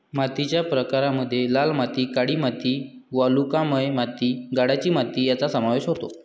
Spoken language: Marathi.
मातीच्या प्रकारांमध्ये लाल माती, काळी माती, वालुकामय माती, गाळाची माती यांचा समावेश होतो